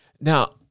Now